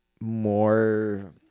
more